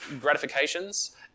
gratifications